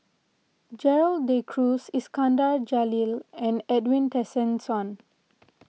Gerald De Cruz Iskandar Jalil and Edwin Tessensohn